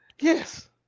Yes